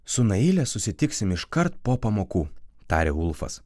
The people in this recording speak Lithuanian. su naile susitiksim iškart po pamokų tarė ulfas